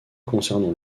concernant